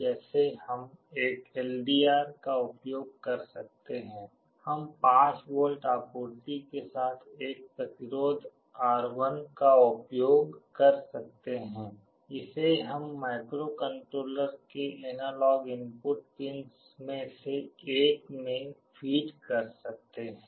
जैसे हम एक LDR का उपयोग कर सकते हैं हम 5V आपूर्ति के साथ एक प्रतिरोध R1 का उपयोग कर सकते हैं इसे हम माइक्रोकंट्रोलर के एनालॉग इनपुट पिंस में से एक में फीड कर सकते हैं